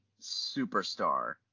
superstar